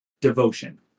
devotion